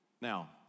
Now